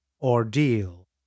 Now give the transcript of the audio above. ordeal